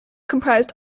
comprised